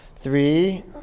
Three